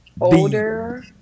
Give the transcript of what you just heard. older